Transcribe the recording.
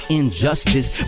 injustice